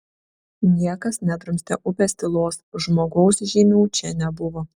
niekas nedrumstė upės tylos žmogaus žymių čia nebuvo